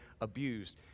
abused